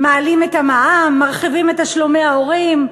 מעלים את המע"מ, מרחיבים את תשלומי ההורים,